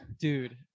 Dude